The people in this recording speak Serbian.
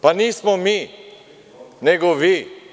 Pa nismo mi, nego vi.